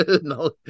no